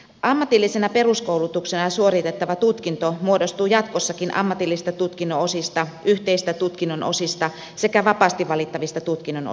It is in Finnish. ammatillisena peruskoulutuksena suoritettava tutkinto muodostuu jatkossakin ammatillisista tutkinnon osista yhteisistä tutkinnon osista sekä vapaasti valittavista tutkinnon osista